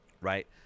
Right